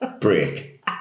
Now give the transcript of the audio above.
break